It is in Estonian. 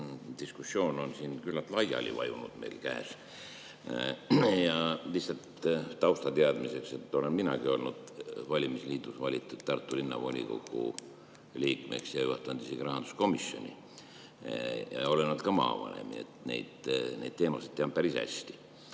diskussioon on meil siin küllalt laiali vajunud. Lihtsalt taustateadmiseks, olen minagi olnud valimisliidust valitud Tartu Linnavolikogu liikmeks ja juhatanud isegi rahanduskomisjoni. Olen olnud ka maavanem, neid teemasid tean päris hästi.